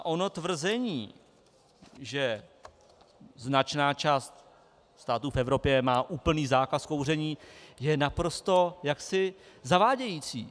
Ono tvrzení, že značná část států v Evropě má úplný zákaz kouření, je naprosto zavádějící.